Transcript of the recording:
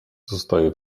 zostaje